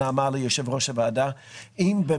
אבל זוג עם כך וכך ילדים יש הבדל אם הוא